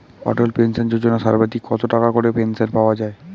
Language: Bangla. অটল পেনশন যোজনা সর্বাধিক কত টাকা করে পেনশন পাওয়া যায়?